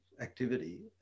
activity